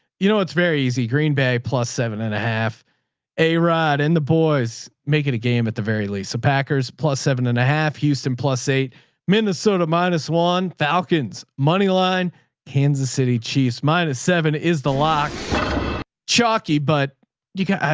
you know, it's very easy green bay plus seven and a half a rod and the boys make it a game at the very least. so packers plus seven and a half houston plus eight minnesota minus won falcons. moneyline kansas city chiefs minus seven is the lock chalky. but you can,